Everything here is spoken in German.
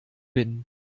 bin